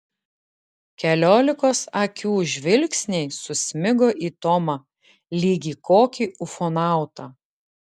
keliolikos akių žvilgsniai susmigo į tomą lyg į kokį ufonautą